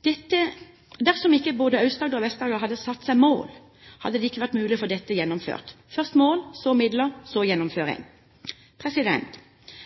dette gjennomført. Først mål, så midler, så gjennomføring.